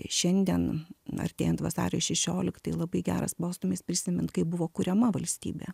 šiandien artėjant vasario šešioliktai labai geras postūmis prisimint kaip buvo kuriama valstybė